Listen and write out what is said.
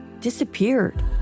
disappeared